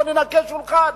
בוא ננקה שולחן.